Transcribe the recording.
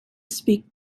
speak